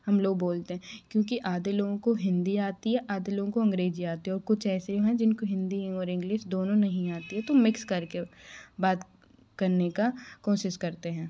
हम लोग बोलते हैं क्योंकि आधे लोगों को हिन्दी आती है आधे लोगों को अंग्रेजी आती है और कुछ लोग ऐसे हें जिनको हिन्दी और इंग्लिश दोनों नहीं आती तो मिक्स करके बात करने का कोशिश करते हैं